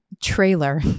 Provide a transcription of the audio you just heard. trailer